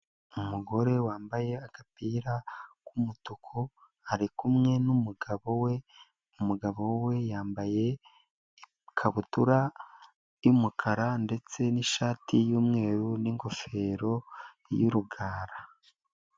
Umugore wambaye agapira k'umutuku ari kumwe n'umugabo we, umugabo we yambaye ikabutura y'umukara ndetse n'ishati y'umweru n'ingofero y'urugara.